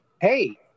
hey